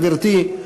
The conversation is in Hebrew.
גברתי,